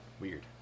Weird